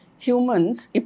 Humans